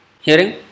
hearing